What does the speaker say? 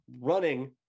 running